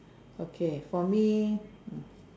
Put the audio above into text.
okay for me